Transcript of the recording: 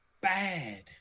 bad